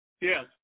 Yes